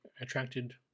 attracted